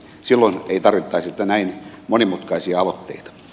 silloin ei tarvittaisi näin monimutkaisia aloitteita